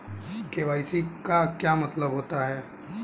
KYC का क्या मतलब होता है?